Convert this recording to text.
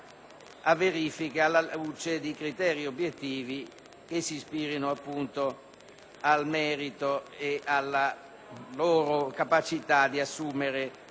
a verifica, alla luce di criteri obiettivi che si ispirino al merito e alla capacità di assumere